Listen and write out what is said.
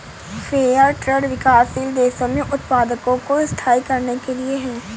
fair trade विकासशील देशों में उत्पादकों को स्थायी करने के लिए है